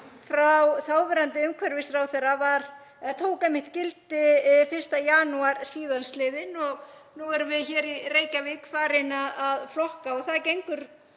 frá þáverandi umhverfisráðherra tók einmitt gildi 1. janúar síðastliðinn og nú erum við hér í Reykjavík farin að flokka lífrænt og það gengur,